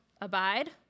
Abide